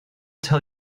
tell